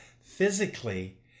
physically